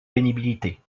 pénibilité